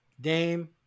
Dame